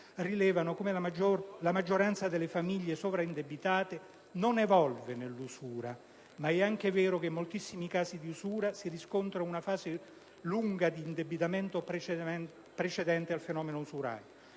rilevano come la maggioranza delle famiglie sovraindebitate non evolva nell'usura; è altresì vero che in moltissimi casi di usura si riscontra una lunga fase di indebitamento precedente al fenomeno usurario.